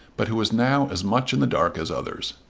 but who was now as much in the dark as others.